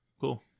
Cool